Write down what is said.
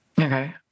Okay